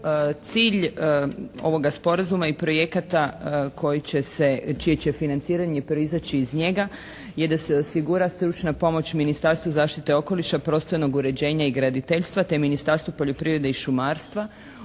Cilj ovoga Sporazuma i projekata koji će se, čije će financiranje proizaći iz njega je da se osigura stručna pomoć Ministarstvu zaštite okoliša, prostornog uređenja i graditeljstva te Ministarstvu poljoprivrede i šumarstva.